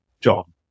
John